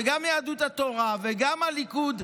גם יהדות התורה וגם הליכוד,